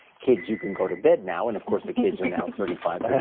kids, you can go to bed now, and of course the kids are now thirty five,